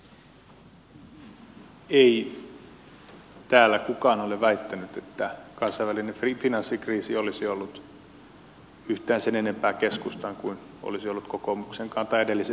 ei täällä kukaan ole väittänyt että kansainvälinen finanssikriisi olisi ollut yhtään sen enempää keskustan kuin kokoomuksenkaan tai edellisen hallituksen syy